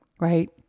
right